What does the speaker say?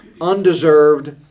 undeserved